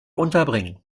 unterbringen